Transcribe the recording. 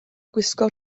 gwisgo